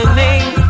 name